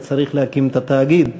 וצריך להקים את התאגיד,